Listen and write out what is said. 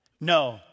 No